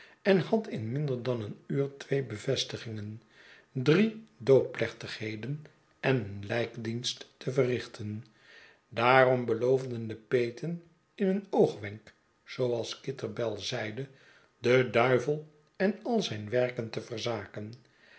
en had in minder dan een uur twee bevestigingen drie doopplechtigheden en een lijkdienst te verrichten daarom beloofden de peeten in een oogwenk zooals kitterbell zeide den duivel en al zijn werken te verzaken